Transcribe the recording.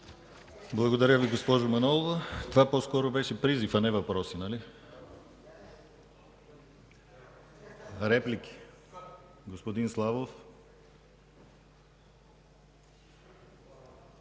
Благодаря Ви, госпожо Манолова. Това по-скоро беше призив, а не въпроси, нали? Реплики? Господин Славов.